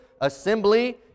assembly